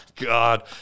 God